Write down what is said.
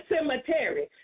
cemetery